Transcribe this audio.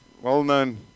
well-known